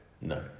No